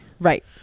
Right